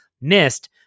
missed